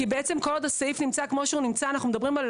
כי כל עוד הוא נמצא כפי שהוא נמצא אנחנו מדברים,